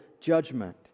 judgment